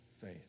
Faith